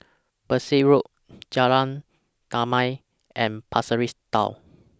Berkshire Road Jalan Damai and Pasir Ris Town